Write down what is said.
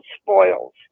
Spoils